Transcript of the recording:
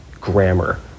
grammar